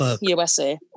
USA